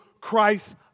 Christ